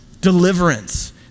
deliverance